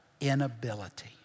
inability